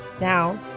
Now